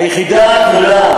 היחידה כולה,